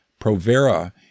Provera